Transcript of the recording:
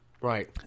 Right